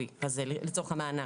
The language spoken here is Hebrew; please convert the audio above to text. המענק.